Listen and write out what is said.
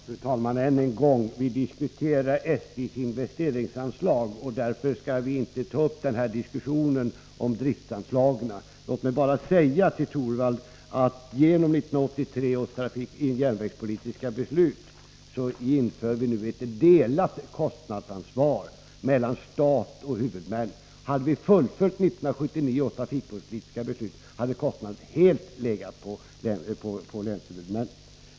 Fru talman! Än en gång vill jag påminna om att vi diskuterar SJ:s investeringsanslag. Därför skall vi inte nu ta upp en diskussion om driftsanslagen. Låt mig bara säga till Rune Torwald att genom 1983 års järnvägspolitiska beslut införs ett delat kostnadsansvar mellan staten och huvudmännen. Hade vi fullföljt 1979 års trafikpolitiska beslut, så hade kostnaderna legat helt på länshuvudmännen.